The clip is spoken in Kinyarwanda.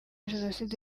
jenoside